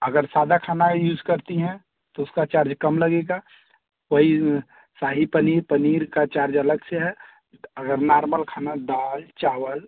अगर सादा खाना यूज करती हैं तो उसका चार्ज कम लगेगा वही साही पनीर पनीर का चार्ज अलग से है अगर नार्मल खाना दाल चावल